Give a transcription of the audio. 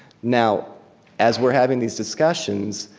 now as we're having these discussions,